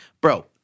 Bro